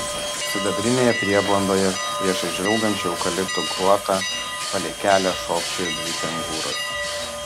sidabrinėje prieblandoje priešais žvilgančių eukaliptų guotą palei kelią šokčiojo dvi kengūros